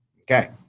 Okay